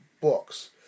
books